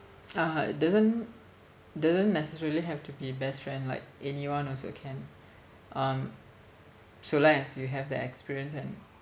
uh doesn't doesn't necessarily have to be best friend like anyone also can um so long as you have the experience and